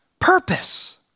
purpose